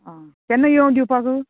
आं केन्ना येवन दिवपाक